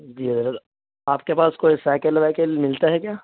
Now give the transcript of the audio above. جی آپ کے پاس کوئی سائیکل وائیکل ملتا ہے کیا